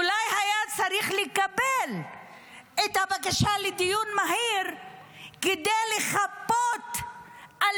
אולי היה צריך לתת את הבקשה לדיון מהיר כדי לחפות על